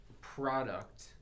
product